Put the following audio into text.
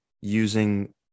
using